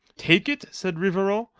take it? said rivarol,